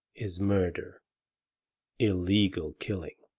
is murder illegal killing